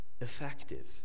effective